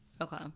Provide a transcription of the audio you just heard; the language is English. Okay